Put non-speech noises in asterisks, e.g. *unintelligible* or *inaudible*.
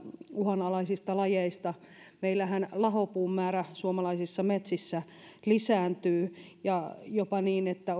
uhanalaisista lajeista meillähän lahopuun määrä suomalaisissa metsissä lisääntyy ja on jopa niin että *unintelligible*